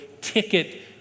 ticket